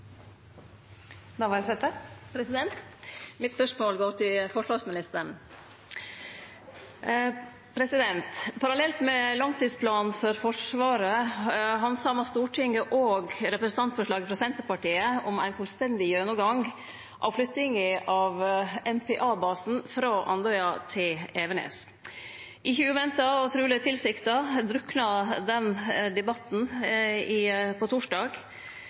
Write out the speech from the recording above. Mitt spørsmål går til forsvarsministeren. Parallelt med langtidsplanen for Forsvaret handsama Stortinget representantforslag frå Senterpartiet om ein fullstendig gjennomgang av flyttinga av MPA-basen frå Andøya til Evenes. Ikkje uventa – og truleg tilsikta – drukna den debatten på torsdag,